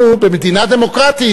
אנחנו במדינה דמוקרטית?